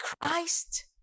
Christ